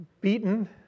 Beaten